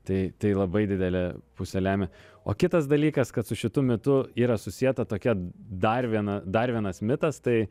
tai tai labai didelę pusę lemia o kitas dalykas kad su šitu mitu yra susieta tokia dar viena dar vienas mitas tai